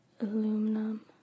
Aluminum